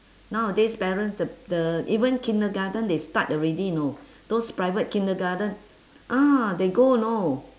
nowadays parents the the even kindergarten they start already know those private kindergarten ah they go know